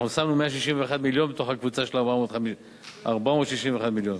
אנחנו שמנו 161 מיליון בתוך הקבוצה של 461 מיליון.